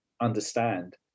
understand